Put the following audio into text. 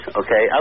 okay